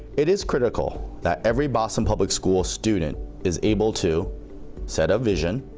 it is critical that every boston public schools student is able to set a vision,